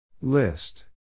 List